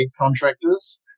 contractors